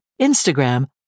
instagram